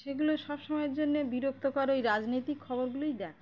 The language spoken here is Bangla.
সেগুলো সবসময়ের জন্যে বিরক্তিকর ওই রাজনীতির খবরগুলোই দেখায়